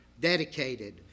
dedicated